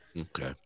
Okay